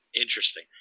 interesting